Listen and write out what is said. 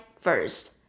first